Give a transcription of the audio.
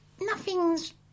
nothing's